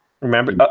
remember